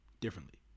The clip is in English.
differently